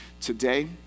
today